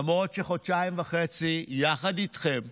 למרות שחודשיים וחצי, יחד איתכם,